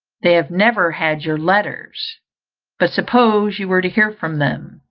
they have never had your letters but suppose you were to hear from them,